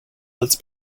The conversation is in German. als